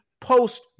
Post